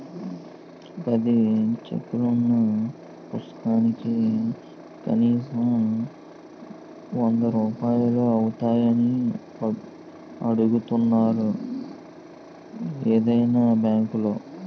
పది చెక్కులున్న పుస్తకానికి కనీసం వందరూపాయలు అవుతాయని అడుగుతున్నారు వొదినా బాంకులో